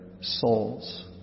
souls